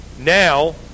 now